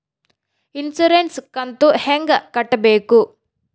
Insurance ಕಂತು ಹೆಂಗ ಕಟ್ಟಬೇಕು?